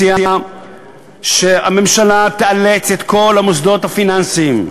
מציע שהממשלה תאלץ את כל המוסדות הפיננסיים,